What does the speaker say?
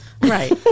Right